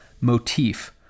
motif